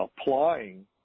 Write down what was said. applying